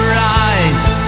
rise